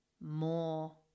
more